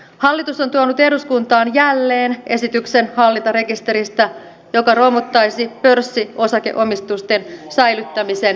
hallitus on tuonut eduskuntaan jälleen esityksen hallintarekisteristä joka romuttaisi pörssiosakeomistusten säilyttämisen julkisina